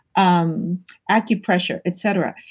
um acupressure. et cetera.